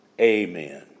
Amen